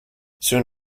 soon